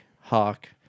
Hawk